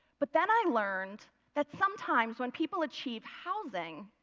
but then i learned that sometimes when people achieve housing,